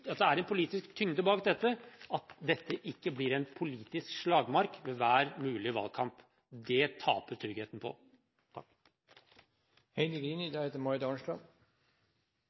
at det er en politisk tyngde bak dette, at dette ikke blir en politisk slagmark ved hver mulig valgkamp. Det taper tryggheten på.